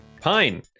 Pine